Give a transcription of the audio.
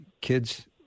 kids